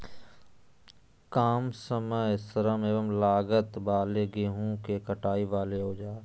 काम समय श्रम एवं लागत वाले गेहूं के कटाई वाले औजार?